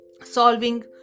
solving